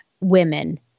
women